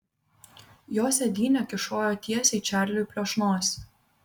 jos sėdynė kyšojo tiesiai čarliui prieš nosį